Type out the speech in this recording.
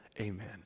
Amen